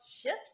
shift